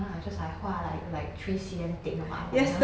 I just like 画 like like three cm thick of eyeliner